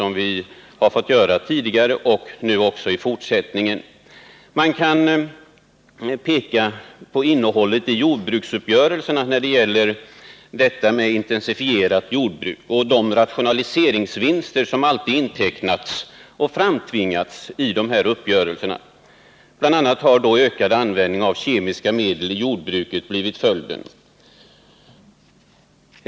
Man kan peka på innehållet i jordbruksuppgörelserna när det gäller detta med intensifierat jordbruk och de rationaliseringsvinster som alltid har intecknats och framtvingats i dessa uppgörelser. Bl. a. har en ökad användning av kemiska medel i jordbruket blivit följden.